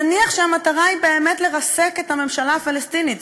נניח שהמטרה היא באמת לרסק את הממשלה הפלסטינית,